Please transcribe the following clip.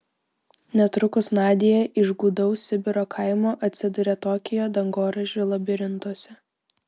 netrukus nadia iš gūdaus sibiro kaimo atsiduria tokijo dangoraižių labirintuose